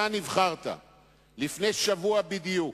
אתה נבחרת לפני שבוע בדיוק,